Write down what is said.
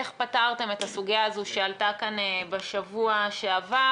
איך פתרתם את הסוגיה הזו שעלתה כאן בשבוע שעבר.